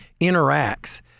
interacts